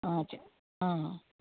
చెప్